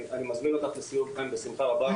אני מזמין אותך לסיור כאן בשמחה רבה.